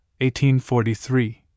1843